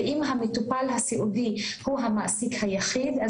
ואם המטופל הסיעודי הוא המעסיק היחיד,